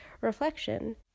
reflection